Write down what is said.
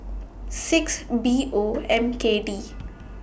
six B O M K D